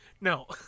No